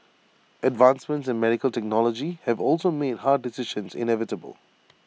advancements in medical technology have also made hard decisions inevitable